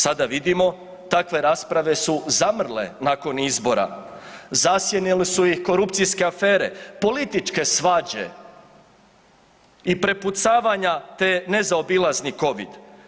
Sada vidimo takve rasprave su zamrle nakon izbora, zasjenile su ih korupcijske afere, političke svađe i prepucavanja, te nezaobilazni covid.